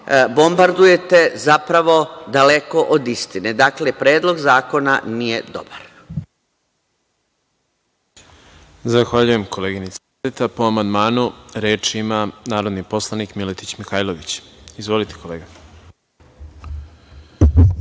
bombardujete, zapravo daleko od istine. Dakle, Predlog zakona nije dobar.